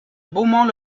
beaumont